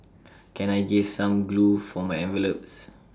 can I gave some glue for my envelopes